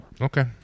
Okay